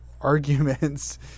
arguments